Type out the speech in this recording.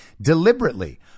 deliberately